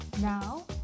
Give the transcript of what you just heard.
now